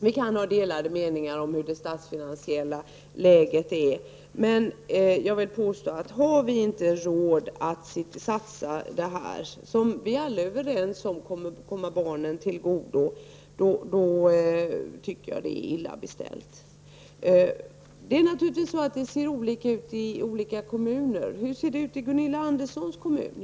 Vi kan ha delade meningar om det statsfinansiella läget, men har vi inte råd att satsa på detta, som enligt vad vi alla är överens om kommer barnen till godo, då tycker jag att det är illa ställt. Det ser naturligtvis olika ut i olika kommuner. Hur ser det ut i Gunilla Anderssons kommun?